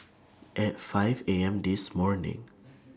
At five A M This morning